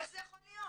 איך זה יכול להיות?